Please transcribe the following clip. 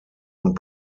und